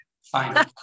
Fine